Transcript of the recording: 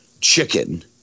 chicken